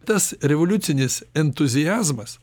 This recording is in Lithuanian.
tas revoliucinis entuziazmas